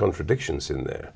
contradictions in there